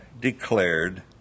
declared